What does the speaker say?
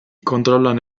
controllano